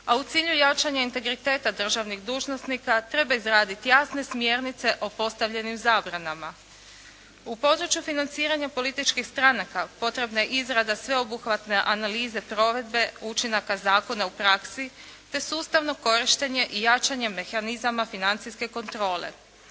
a u cilju jačanja integriteta državnih dužnosnika treba izraditi jasne smjernice o postavljenim zabranama. U području financiranja političkih stranaka potrebna je izrada sveobuhvatne analize provedbe učinaka zakona u praksi te sustavno korištenje i jačanje mehanizama financijske kontrole.